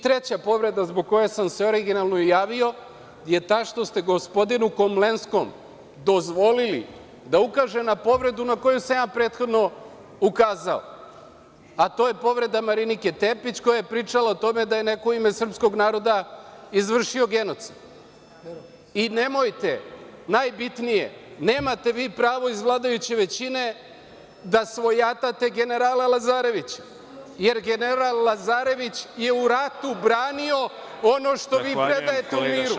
Treća povreda zbog koje sam se originalno i javio je ta što ste gospodinu Komlenskom dozvolili da ukaže na povredu na koju sam ja prethodno ukazao, a to je povreda Marinike Tepić, koja je pričala o tome da je neko u ime srpskog naroda izvršio genocid i nemojte, najbitnije, nemate vi pravo iz vladajuće većine da svojatate generala Lazarevića, jer general Lazarević je u ratu branio ono što vi predajete u miru.